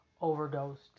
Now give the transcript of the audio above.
overdosed